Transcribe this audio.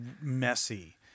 messy